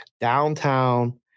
downtown